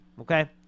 okay